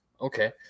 Okay